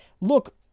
look